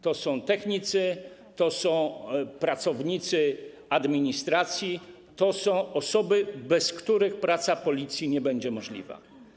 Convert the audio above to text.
To są technicy, to są pracownicy administracji, to są osoby, bez których praca Policji nie będzie możliwa.